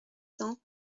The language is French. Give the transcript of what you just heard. cents